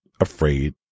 afraid